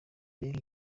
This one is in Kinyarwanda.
mbega